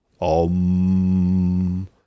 Om